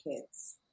Kids